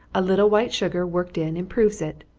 a little white sugar worked in, improves it.